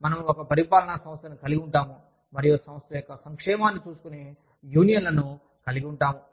మనం ఒక పరిపాలనా సంస్థను కలిగి ఉంటాము మరియు సంస్థ యొక్క సంక్షేమాన్ని చూసుకునే యూనియన్లను కలిగి ఉంటాము